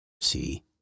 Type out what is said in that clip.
See